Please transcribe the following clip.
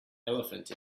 elephant